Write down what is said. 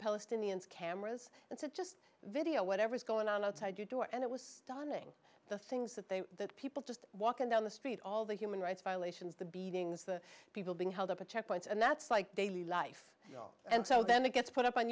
palestinians cameras and so video whatever's going on outside your door and it was stunning the things that they that people just walking down the street all the human rights violations the beatings the people being held up at checkpoints and that's like daily life you know and so then it gets put up on